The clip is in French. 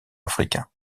africain